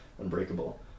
unbreakable